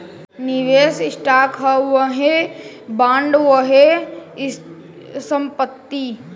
निवेस स्टॉक ह वाहे बॉन्ड, वाहे संपत्ति